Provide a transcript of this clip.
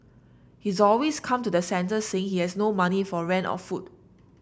he always comes to the centre saying he has no money for rent or food